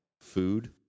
food